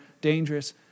dangerous